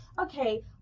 okay